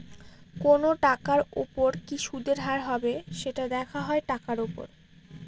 কোনো টাকার উপর কি সুদের হার হবে, সেটা দেখা হয় টাকার উপর